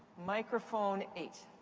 microphone eight.